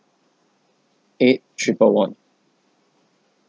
eight triple one